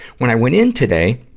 when i went in today,